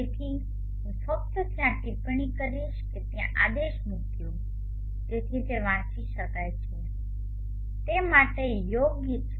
તેથી હું ફક્ત ત્યાં ટિપ્પણી કરીશ કે ત્યાં આદેશ મૂક્યો જેથી તે વાંચી શકાય તે માટે યોગ્ય છે